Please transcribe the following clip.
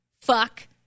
fuck